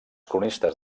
cronistes